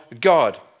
God